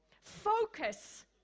focus